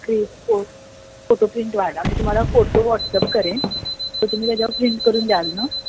cake photo प्रिंटवाला मी तुम्हाला फोटो व्हॉट्सअप करेन तर तुम्ही त्याच्यावर प्रिंट करून द्याल नं